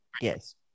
Yes